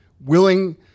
willing